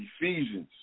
Ephesians